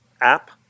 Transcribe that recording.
app